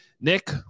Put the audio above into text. Nick